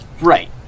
Right